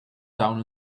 down